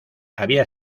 había